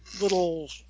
little